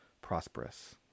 prosperous